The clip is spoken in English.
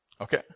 Okay